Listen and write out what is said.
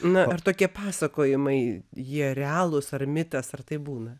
na ar tokie pasakojimai jie realūs ar mitas ar taip būna